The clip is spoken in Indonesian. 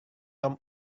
tom